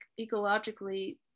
ecologically